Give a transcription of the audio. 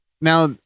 Now